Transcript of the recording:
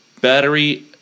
battery